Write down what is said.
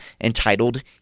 entitled